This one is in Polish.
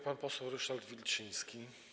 Pan poseł Ryszard Wilczyński.